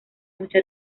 mucha